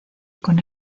con